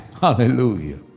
Hallelujah